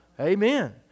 Amen